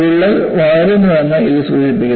വിള്ളൽ വളർന്നുവെന്ന് ഇത് സൂചിപ്പിക്കുന്നു